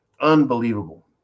Unbelievable